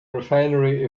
refinery